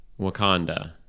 Wakanda